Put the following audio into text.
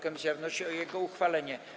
Komisja wnosi o jego uchwalenie.